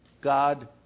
God